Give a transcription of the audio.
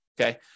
Okay